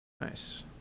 Nice